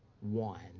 one